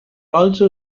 also